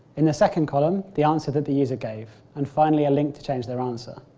in the second column, the answer that the user gave and finally a link to change their answer.